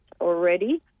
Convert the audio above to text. already